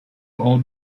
all